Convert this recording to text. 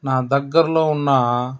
నా దగ్గరలో ఉన్న